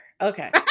okay